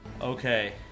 Okay